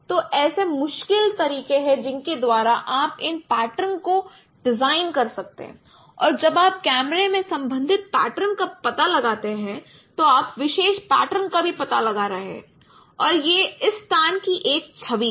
तो ऐसे मुश्किल तरीके हैं जिनके द्वारा आप इस पैटर्न को डिज़ाइन कर सकते हैं और जब आप कैमरे में संबंधित पैटर्न का पता लगाते हैं तो आप विशेष पैटर्न का भी पता लगा रहे हैं और यह इस स्थान की एक छवि है